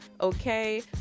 okay